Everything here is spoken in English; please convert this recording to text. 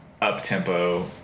Up-tempo